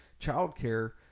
childcare